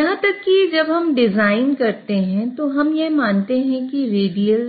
यहां तक कि जब हम डिजाइन करते हैं तो हम मानते हैं कि रेडियल